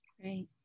Great